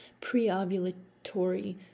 pre-ovulatory